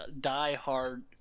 die-hard